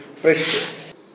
precious